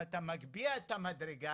אתה מגביה את המדרגה,